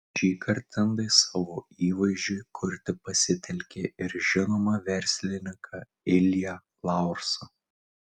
šįkart indai savo įvaizdžiui kurti pasitelkė ir žinomą verslininką ilją laursą